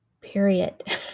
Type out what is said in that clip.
period